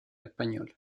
española